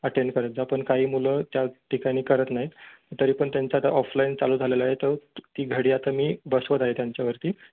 attend करत जा पण काही मुलं त्या ठिकाणी करत नाहीत तरी पण त्यांच्या आता ऑफलाईन चालू झालेला आहे तर ती घडी आता मी बसवत आहे त्यांच्यावरती